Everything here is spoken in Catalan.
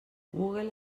google